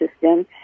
system